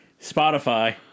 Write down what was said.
Spotify